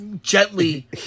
gently